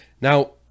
Now